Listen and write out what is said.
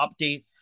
update